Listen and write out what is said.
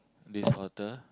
this author